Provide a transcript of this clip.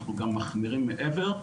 אנחנו גם מחמירים מעבר,